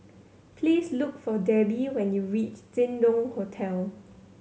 please look for Debbie when you reach Jin Dong Hotel